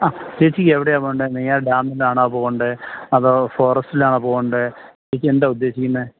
അ ചേച്ചിക്ക് എവിടെയാണ് പോവേണ്ടത് നെയ്യാർ ഡാമിലാണോ പോവേണ്ടത് അതോ ഫോറസ്റ്റിലാണോ പോവേണ്ടത് ചേച്ചി എന്താണ് ഉദ്ദേശിക്കുന്നത്